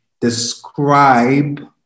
describe